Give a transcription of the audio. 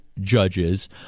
judges